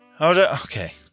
Okay